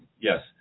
Yes